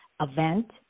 event